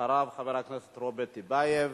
אחריו, חבר הכנסת רוברט טיבייב,